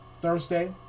Thursday